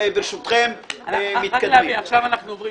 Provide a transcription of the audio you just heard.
את מעלה נושא